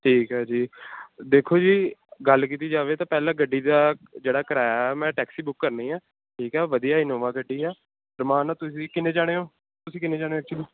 ਠੀਕ ਹੈ ਜੀ ਦੇਖੋ ਜੀ ਗੱਲ ਕੀਤੀ ਜਾਵੇ ਤਾਂ ਪਹਿਲਾਂ ਗੱਡੀ ਦਾ ਜਿਹੜਾ ਕਿਰਾਇਆ ਮੈਂ ਟੈਕਸੀ ਬੁੱਕ ਕਰਨੀ ਹੈ ਠੀਕ ਹੈ ਵਧੀਆ ਇਨੋਵਾ ਗੱਡੀ ਆ ਸਮਾਨ ਨਾਲ ਤੁਸੀਂ ਕਿੰਨੇ ਜਾਣੇ ਹੋ ਤੁਸੀਂ ਕਿੰਨੇ ਜਾਣੇ ਹੋ ਐਕਚੁਲੀ